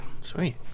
sweet